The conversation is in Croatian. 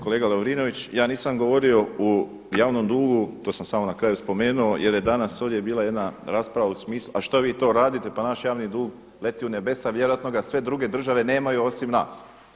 Kolega Lovrinović ja nisam govorio u javnom dugu, to sam samo na kraju spomenu jer je danas ovdje bila jedna rasprava u smislu, a što vi to radite pa naš javni dug leti u nebesa, vjerojatno ga sve druge države nemaju osim nas.